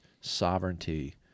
sovereignty